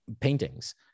paintings